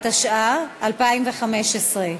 התשע"ה 2015,